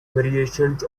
variations